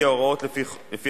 הציבור במדינת ישראל,